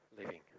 living